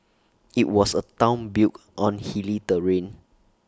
IT was A Town built on hilly terrain